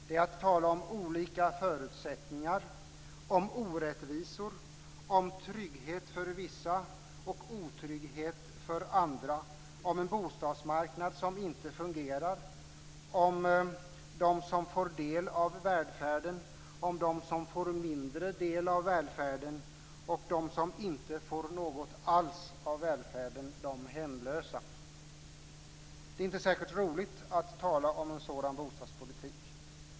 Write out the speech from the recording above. Det är att tala om olika förutsättningar, om orättvisor, om trygghet för vissa och otrygghet för andra, om en bostadsmarknad som inte fungerar, om dem som får del av välfärden, om dem som får mindre del av välfärden och om dem som inte får något alls av välfärden - de hemlösa. Det är inte särskilt roligt att tala om en sådan bostadspolitik.